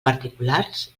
particulars